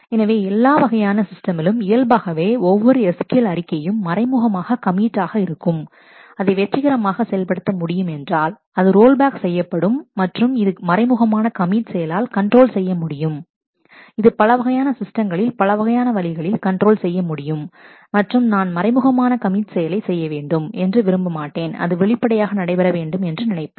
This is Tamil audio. எனவே எல்லா வகையான சிஸ்டமிலும் இயல்பாகவே ஒவ்வொரு SQL அறிக்கையும் மறைமுகமாக கமிட் ஆக இருக்கும் அதை வெற்றிகரமாக செயல்படுத்த முடியும் என்றால் அது ரோல்பேக் செய்யப்படும் மற்றும் இது மறைமுகமான கமிட் செயலால் கண்ட்ரோல் செய்ய முடியும் இது பலவகையான சிஸ்டங்களில் பலவகையான வழிகளில் கண்ட்ரோல் செய்ய முடியும் மற்றும் நான் மறைமுகமான கமிட் செயலை செய்ய வேண்டும் என்று விரும்பமாட்டேன் அது வெளிப்படையாக நடைபெற வேண்டும் என்று நினைப்பேன்